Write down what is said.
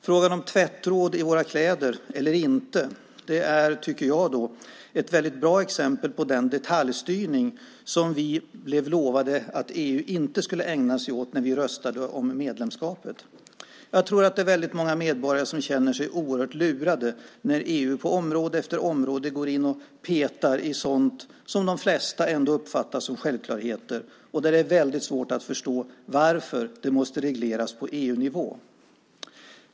Frågan om tvättråd i våra kläder eller inte är ett bra exempel på den detaljstyrning som vi blev lovade att EU inte skulle ägna sig åt när vi röstade om medlemskapet. Jag tror att många medborgare känner sig oerhört lurade när EU på område efter område petar i sådant som de flesta ändå uppfattar som självklarheter och där det är svårt att förstå varför de måste regleras på EU-nivå.